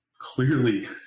clearly